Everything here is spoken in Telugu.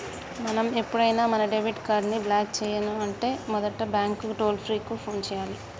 మనం ఎప్పుడైనా మన డెబిట్ కార్డ్ ని బ్లాక్ చేయను అంటే మొదటగా బ్యాంకు టోల్ ఫ్రీ కు ఫోన్ చేయాలి